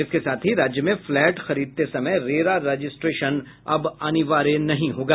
इसके साथ ही राज्य में फ्लैट खरीदते समय रेरा रजिस्ट्रेशन अब अनिवार्य नहीं होगा